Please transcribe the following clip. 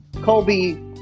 Colby